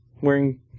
wearing